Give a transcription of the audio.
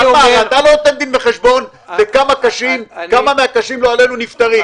אתה נותן לכמה מהחולים קשה, לא עלינו, נפטרים?